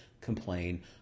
complain